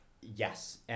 Yes